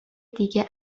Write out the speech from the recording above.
دیگه